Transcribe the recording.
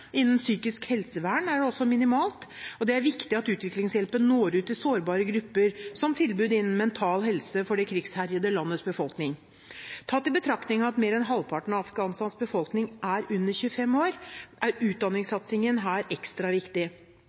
Innen psykisk helsevern er også tilbudet minimalt. Det er viktig at utviklingshjelpen når ut til sårbare grupper, som tilbud innen mental helse for det krigsherjede landets befolkning. Tatt i betraktning at mer enn halvparten av Afghanistans befolkning er under 25 år, er utdanningssatsingen her ekstra viktig.